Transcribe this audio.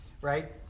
right